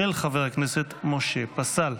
של חבר הכנסת משה פסל.